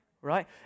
right